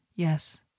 Yes